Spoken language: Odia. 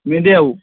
ନେବି ଆଉ